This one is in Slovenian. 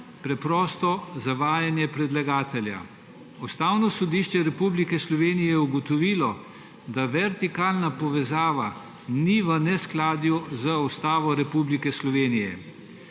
preprosto zavajanje predlagatelja. Ustavno sodišče Republike Slovenije je ugotovilo, da vertikalna povezava ni v neskladju z Ustavo Republike Slovenije.